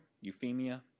Euphemia